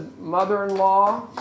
mother-in-law